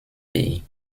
pays